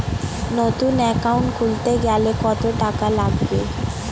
নতুন একাউন্ট খুলতে গেলে কত টাকা লাগবে?